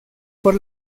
por